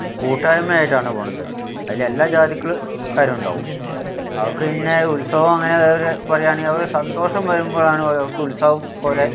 കൂട്ടായ്മയായിട്ടാണ് പോണത് അതിൽ എല്ലാ ജാതിക്കാരും ഉണ്ടാകും അവർക്ക് പിന്നെ ഉത്സവം അങ്ങനെ വേറൊരു പറയുകയാണെങ്കിൽ അവര് സന്തോഷം വരുമ്പോഴാണ് അവർക്ക് ഉത്സവം പോലെ